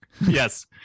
Yes